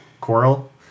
Coral